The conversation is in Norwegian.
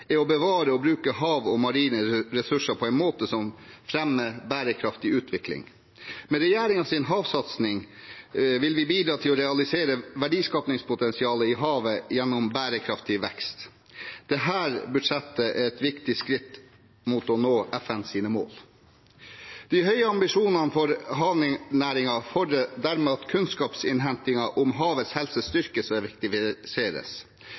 er å bevare og bruke hav og marine ressurser på en måte som fremmer bærekraftig utvikling. Med regjeringens havsatsing vil vi bidra til å realisere verdiskapingspotensialet i havet gjennom bærekraftig vekst. Dette budsjettet er et viktig skritt mot å nå FNs mål. De høye ambisjonene for havnæringene fordrer dermed at kunnskapsinnhentingen om havets helse